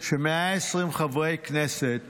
ש-120 חברי כנסת